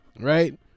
Right